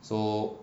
so